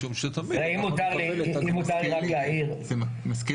משום שתמיד --- אם מותר לי רק להעיר --- זה מזכיר